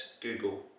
Google